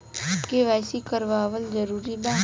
KYC करवावल जरूरी बा?